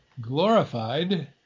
glorified